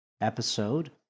episode